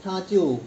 他就